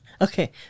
Okay